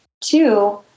two